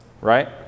right